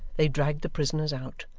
they dragged the prisoners out.